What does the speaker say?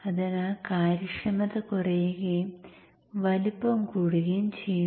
അതിനാൽ കാര്യക്ഷമത കുറയുകയും വലുപ്പം കൂടുകയും ചെയ്യുന്നു